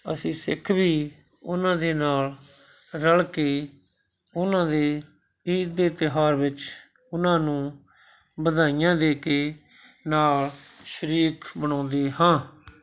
ਅਸੀਂ ਸਿੱਖ ਵੀ ਉਹਨਾਂ ਦੇ ਨਾਲ ਰਲ ਕੇ ਉਹਨਾਂ ਦੇ ਈਦ ਦੇ ਤਿਉਹਾਰ ਵਿੱਚ ਉਹਨਾਂ ਨੂੰ ਵਧਾਈਆਂ ਦੇ ਕੇ ਨਾਲ ਸ਼ਰੀਕ ਬਣਾਉਂਦੇ ਹਾਂ